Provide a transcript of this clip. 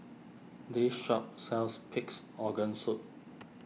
this shop sells Pig's Organ Soup